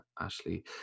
Ashley